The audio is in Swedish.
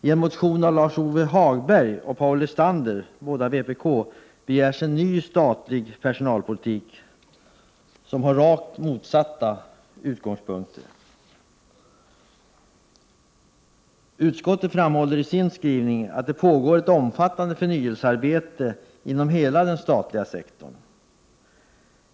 I en motion från Lars-Ove Hagberg och Paul Lestander, båda vpk, begärs en ny statlig personalpolitik, som har rakt motsatta utgångspunkter. Utskottet framhåller i sin skrivning att det pågår ett omfattande förnyelsearbete inom hela den statliga sektorn.